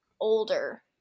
older